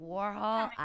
Warhol